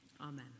Amen